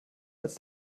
als